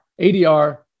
ADR